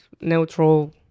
neutral